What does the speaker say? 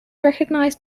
recognized